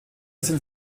sind